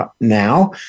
now